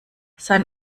sein